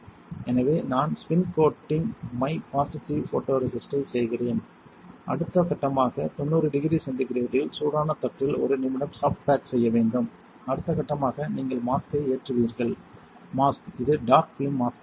எனவே நான் spin coating my positive ஃபோட்டோரெசிஸ்ட்டை செய்கிறேன் அடுத்த கட்டமாக 90 டிகிரி சென்டிகிரேடில் சூடான தட்டில் ஒரு நிமிடம் சாஃப்ட் பேக் செய்ய வேண்டும் அடுத்த கட்டமாக நீங்கள் மாஸ்க்கை ஏற்றுவீர்கள் மாஸ்க் இது டார்க் ஃபிலிம் மாஸ்க்காக இருக்கும்